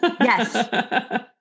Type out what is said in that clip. Yes